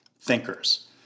thinkers